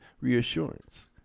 reassurance